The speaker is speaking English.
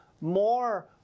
more